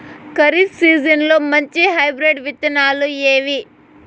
ఖరీఫ్ సీజన్లలో మంచి హైబ్రిడ్ విత్తనాలు ఏవి